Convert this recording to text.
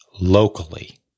locally